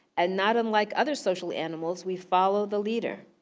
and not unlike other social animals, we follow the leader.